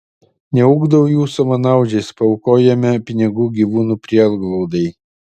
neugdau jų savanaudžiais paaukojame pinigų gyvūnų prieglaudai